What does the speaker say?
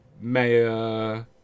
mayor